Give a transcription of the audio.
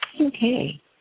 Okay